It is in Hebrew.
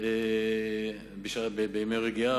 בפריפריה בימי רגיעה.